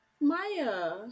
maya